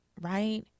right